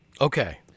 Okay